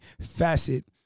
facet